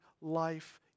life